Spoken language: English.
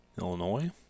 Illinois